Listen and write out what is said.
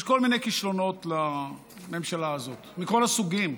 יש כל מיני כישלונות לממשלה הזאת, מכל הסוגים.